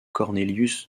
cornelius